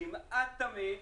כמעט תמיד